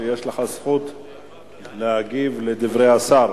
יש לך זכות להגיב על דברי השר.